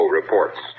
reports